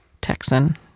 Texan